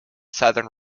southern